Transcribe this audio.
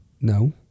No